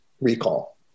recall